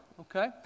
okay